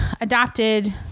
adopted